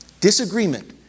Disagreement